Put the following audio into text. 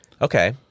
Okay